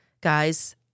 Guys